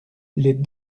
les